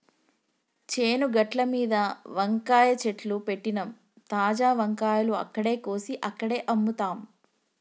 చేను గట్లమీద వంకాయ చెట్లు పెట్టినమ్, తాజా వంకాయలు అక్కడే కోసి అక్కడే అమ్ముతాం